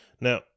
Now